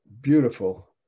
beautiful